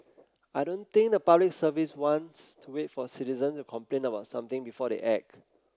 I don't think the Public Service wants to wait for citizens to complain about something before they act